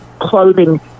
clothing